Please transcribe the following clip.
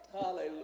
Hallelujah